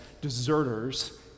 deserters